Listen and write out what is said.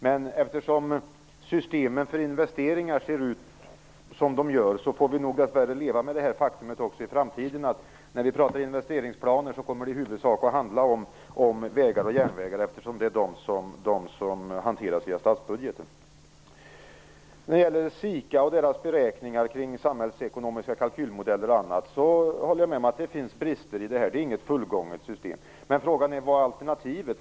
Men eftersom systemet för investeringar ser ut som det gör, får vi nog dessvärre också i framtiden leva med det faktum att det när vi talar om investeringsplaner i huvudsak kommer att handla om vägar och järnvägar. Det är de som hanteras via statsbudgeten. När det gäller SIKA:s beräkningar kring samhällsekonomiska kalkylmodeller osv. håller jag med om att det finns brister. Det är inget fullgånget system. Men frågan är vad som är alternativet.